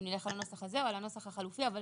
אם נלך על הנוסח הזה או על הנוסח החלופי, אבל